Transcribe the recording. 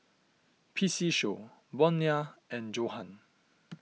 P C Show Bonia and Johan